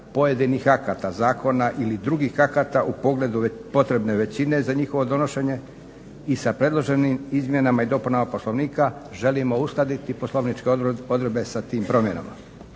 pojedinih akata zakona ili drugih akata u pogledu potrebne većine za njihovo donošenje i sa predloženim izmjenama i dopunama Poslovnika želimo uskladiti poslovničke odredbe sa tim promjenama.